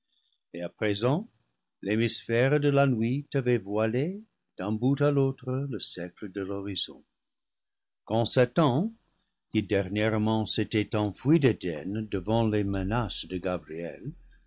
et à présent l'hémisphère de la nuit avait voilé d'un bout à l'autre le cercle de l'horizon quand satan qui dernièrement s'était enfui d'éden devant les menaces de gabriel